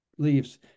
Leaves